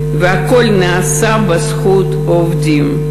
והכול נעשה בזכות העובדים.